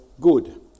good